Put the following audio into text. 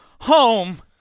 home